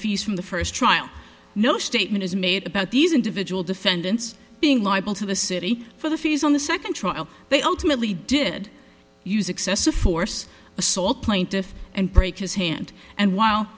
fees from the first trial no statement is made about these individual defendants being liable to the city for the fees on the second trial they ultimately did use excessive force assault plaintiff and break his hand and while